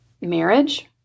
marriage